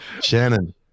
Shannon